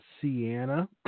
Sienna